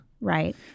Right